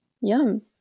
Yum